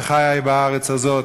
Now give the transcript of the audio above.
מי שחי בארץ הזאת,